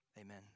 amen